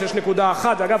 6.1. אגב,